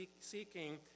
seeking